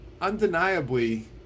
undeniably